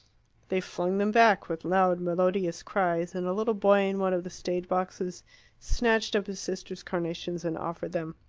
they flung them back, with loud melodious cries, and a little boy in one of the stageboxes snatched up his sister's carnations and offered them.